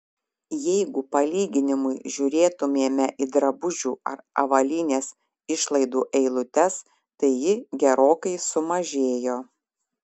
jeigu palyginimui žiūrėtumėme į drabužių ar avalynės išlaidų eilutes tai ji gerokai sumažėjo